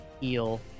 heal